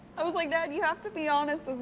i was like, dad, you have to be honest with me.